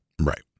Right